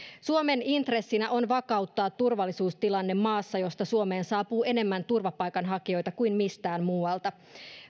suomen intressinä on vakauttaa turvallisuustilanne maassa josta suomeen saapuu enemmän turvapaikanhakijoita kuin mistään muualta